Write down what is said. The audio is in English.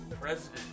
president